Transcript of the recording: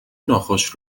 ناخوش